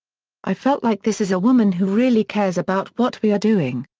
i felt like this is a woman who really cares about what we are doing.